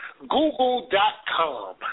Google.com